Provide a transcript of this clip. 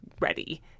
ready